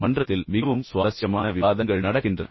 பின்னர் மன்றத்தில் மிகவும் சுவாரஸ்யமான விவாதங்கள் நடக்கின்றன